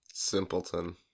Simpleton